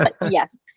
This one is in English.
yes